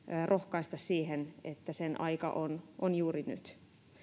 rohkaista siihen että sen aika on on juuri nyt